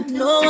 no